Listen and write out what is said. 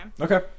Okay